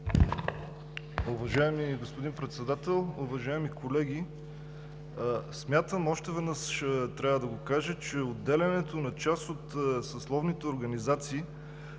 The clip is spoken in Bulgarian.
Уважаеми господин Председател, уважаеми колеги! Смятам, още веднъж трябва да го кажа, че отделянето на част от съсловните организации